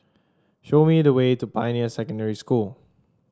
show me the way to Pioneer Secondary School